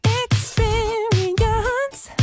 experience